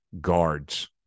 guards